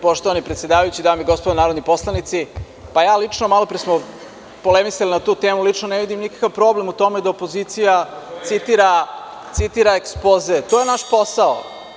Poštovani predsedavajući, dame i gospodo narodni poslanici, lično smo malopre polemisali na tu temu, ne vidim nikakav problem u tome da opozicija citira ekspoze, to je naš posao.